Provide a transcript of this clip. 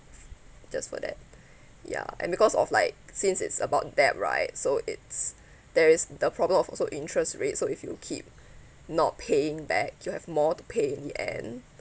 just for that ya and because of like since it's about debt right so it's there is the problem of also interest rates so if you keep not paying back you have more to pay in the end